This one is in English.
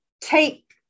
take